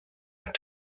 are